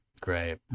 Great